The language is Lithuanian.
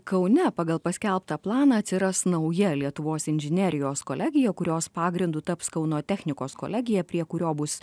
kaune pagal paskelbtą planą atsiras nauja lietuvos inžinerijos kolegija kurios pagrindu taps kauno technikos kolegija prie kurio bus